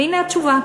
והנה התשובה: